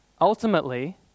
Ultimately